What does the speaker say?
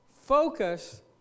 focus